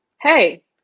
Hey